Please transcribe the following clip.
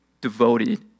devoted